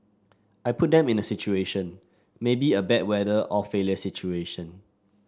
I put them in a situation maybe a bad weather or failure situation